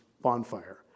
bonfire